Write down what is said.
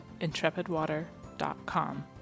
intrepidwater.com